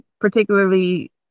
particularly